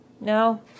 no